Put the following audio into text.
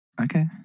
Okay